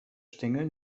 stängel